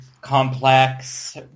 complex